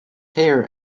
hair